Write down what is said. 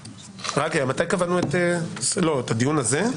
רק רגע, מתי קבענו את, לא את הדיון הזה?